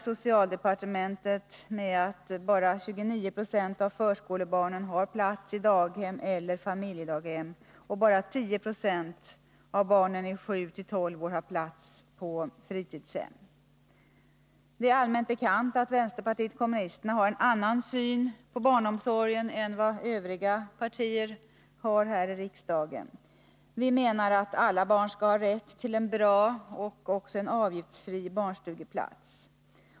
Socialdepartementet räknar i dag med att bara 29 26 av förskolebarnen har plats i daghem eller familjedaghem och att bara 10 26 av barnen som är 7-12 år har plats på fritidshem. Det är allmänt bekant att vänsterpartiet kommunisterna har en annan syn på barnomsorgen än vad övriga partier här i riksdagen har. Vi menar att alla barn skall ha rätt till en bra, avgiftsfri barnstugeplats.